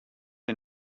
are